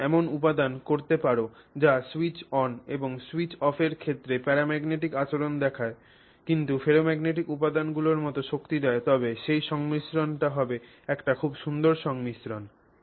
তুমি যদি এমন উপাদান করতে পার যা স্যুইচ অন এবং স্যুইচ অফের ক্ষেত্রে প্যারাম্যাগনেটিক আচরণ দেখায় কিন্তু ফেরোম্যাগনেটিক উপাদানগুলির মতো শক্তি দেয় তবে সেই সংমিশ্রণটি হবে একটি খুব সুন্দর সংমিশ্রণ